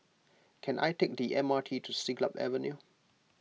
can I take the M R T to Siglap Avenue